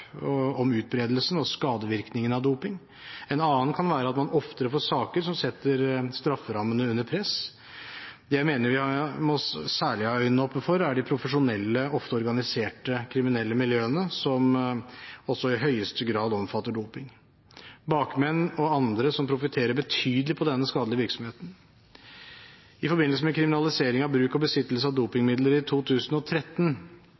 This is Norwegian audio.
om utbredelsen og skadevirkningene av doping, en annen kan være at man oftere får saker som setter strafferammene under press. Det jeg mener vi særlig må ha øynene åpne for, er den profesjonelle og ofte organiserte kriminaliteten, som også i høyeste grad omfatter doping: bakmenn og andre som profiterer betydelig på denne skadelige virksomheten. I forbindelse med kriminaliseringen av bruk og besittelse av